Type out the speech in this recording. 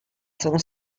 sono